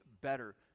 better